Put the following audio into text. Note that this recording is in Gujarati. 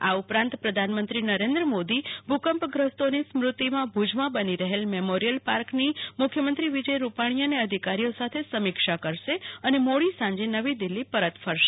આ ઉપરાંત પ્રધાનમંત્રીનરેન્દ્ર મોદી ભૂ કંપગ્રસ્તોની સ્મૃતિમાં ભુજમાં બની રહેલા મેમોરિયલ પાર્કનીમુખ્યમંત્રી વિજય રૂપાણી અને અધિકારીઓ સાથે સમીક્ષા કરશે અને મોડી સાંજે નવીદિલ્ફી પરત ફરશે